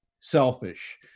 selfish